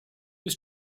was